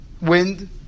wind